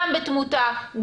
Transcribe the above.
גם בתמותה,